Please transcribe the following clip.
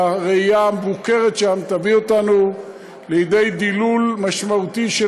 רעייה מבוקרת שם תביא אותנו לידי דילול משמעותי של